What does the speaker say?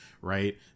right